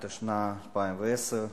התשע"א 2010,